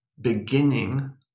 beginning